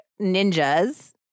ninjas